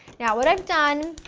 now what i've done,